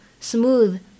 smooth